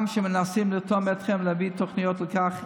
גם כשמנסים לרתום אתכם להביא תוכניות לכך,